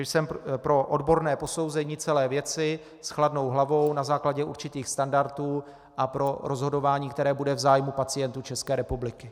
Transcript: Jsem pro odborné posouzení celé věci s chladnou hlavou na základě určitých standardů a pro rozhodování, které bude v zájmu pacientů České republiky.